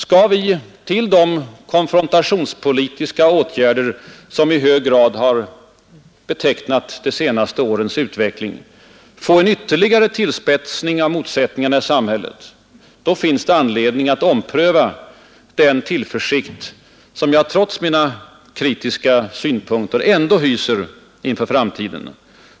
Skall vi till de konfrontationspolitiska åtgärder som i hög grad har betecknat de senaste årens utveckling få en ytterligare tillspetsning av motsättningarna i samhället, då finns det anledning att ompröva den tillförsikt som jag trots mina kritiska synpunkter ändå hyser inför framtiden.